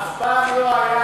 אף פעם לא היה.